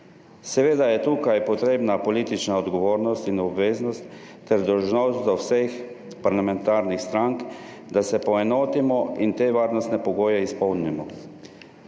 Seveda je tukaj potrebna politična odgovornost in obveznost ter dolžnost do vseh parlamentarnih strank, da se poenotimo in te varnostne pogoje izpolnimo.